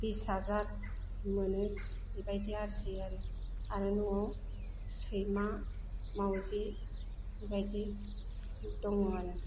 बिस हाजार मोनो बेबायदि आरजियो आरो आरो न'आव सैमा मावजि बेबायदि दङ आरो